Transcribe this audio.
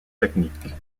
techniques